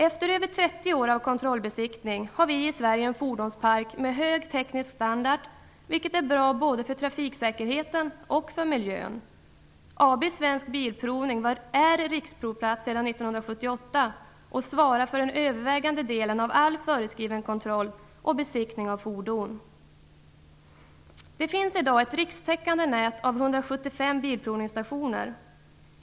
Efter över 30 år av kontrollbesiktning har vi i Sverige en fordonspark med hög teknisk standard, vilket är bra för både trafiksäkerheten och miljön. AB Svensk Bilprovning är riksprovplats sedan 1978 och svarar för den övervägande delen av all föreskriven kontroll och besiktning av fordon. Det finns i dag ett rikstäckande nät av 175 bilprovningsstationer.